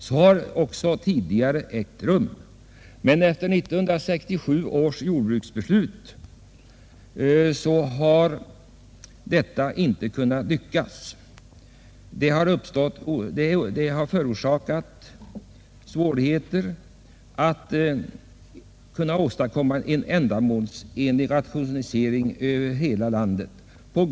Så har tidigare varit fallet, men efter 1967 års jordbruksbeslut har detta inte kunnat gå för sig. Dessa bestämmelser har förorsakat svårigheter när det gällt att åstadkomma en ändamålsenlig rationalisering över hela landet.